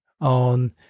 on